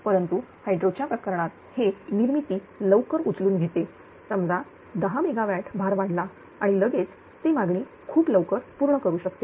परंतु हायड्रो च्या प्रकरणात हे निर्मिती लवकर उचलून घेते समजा 10MW भार वाढला आणि लगेच ते मागणी खूप लवकर पूर्ण करू शकते